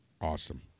Awesome